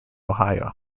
ohio